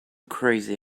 crazy